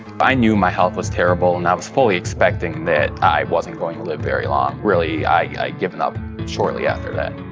i knew my health was terrible, and i was fully expecting that i wasn't going to live very long. really, i'd given up shortly after that.